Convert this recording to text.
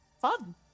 Fun